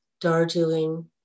Darjeeling